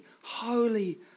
holy